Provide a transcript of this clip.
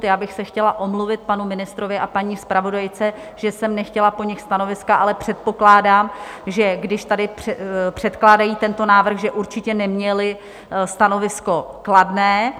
Chtěla bych se omluvit panu ministrovi a paní zpravodajce, že jsem po nich nechtěla stanoviska, ale předpokládám, že když tady předkládají tento návrh, že určitě neměli stanovisko kladné.